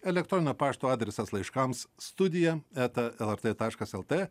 elektroninio pašto adresas laiškams studija eta lrt taškas lt